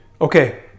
Okay